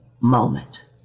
moment